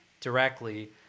directly